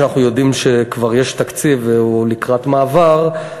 כשאנחנו יודעים שכבר יש תקציב והוא לקראת העברה,